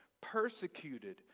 persecuted